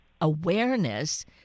awareness